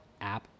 app